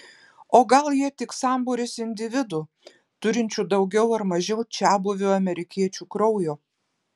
o gal jie tik sambūris individų turinčių daugiau ar mažiau čiabuvių amerikiečių kraujo